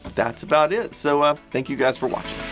thats about it so, ugh thank you guys for watching!